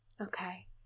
Okay